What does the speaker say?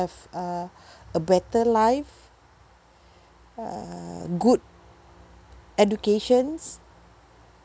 uh a better life um good educations